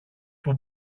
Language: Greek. που